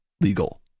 legal